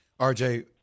RJ